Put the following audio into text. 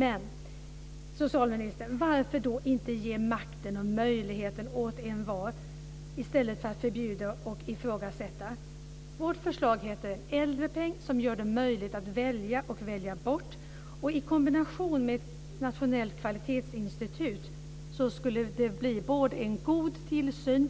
Varför då inte, socialministern, ge makten och möjligheten åt envar, i stället för att förbjuda och ifrågasätta? Vårt förslag heter äldrepeng, som gör det möjligt att välja och välja bort. I kombination med ett nationellt kvalitetsinstitut skulle det bli både en god tillsyn